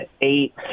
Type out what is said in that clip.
eight